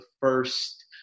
first